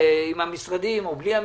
עם המשרדים או בלי המשרדים,